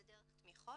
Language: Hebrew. זה דרך תמיכות.